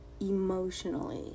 emotionally